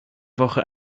woche